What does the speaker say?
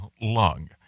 lung